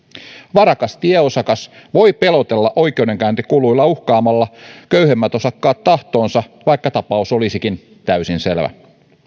varakas tieosakas voi pelotella oikeudenkäyntikuluilla uhkaamalla köyhemmät osakkaat tahtoonsa vaikka tapaus olisikin täysin selvä